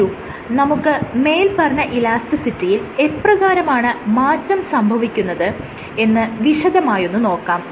വരൂ നമുക്ക് മേല്പറഞ്ഞ ഇലാസ്റ്റിസിറ്റിയിൽ എപ്രകാരമാണ് മാറ്റം സംഭവിക്കുന്നത് എന്ന് വിശദമായൊന്ന് നോക്കാം